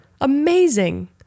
Amazing